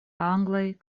anglaj